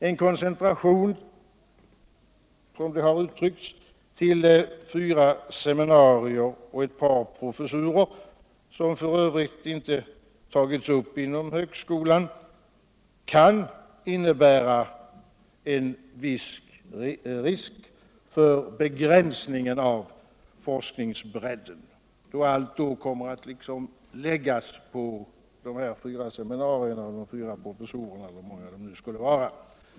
En koncentration, som det har Onsdagen den uttryckts, till fyra seminarier och ett par professurer, som f. ö. inte tagits upp 24 maj 1978 inom högskolan, kan innebära en viss risk för begränsning av forskningsbredden, då all forskning i så fall skulle komma att läggas på dessa fyra seminarier och fyra professurer, eller hur många de nu skulle vara.